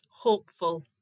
Hopeful